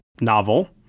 novel